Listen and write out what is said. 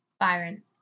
Byron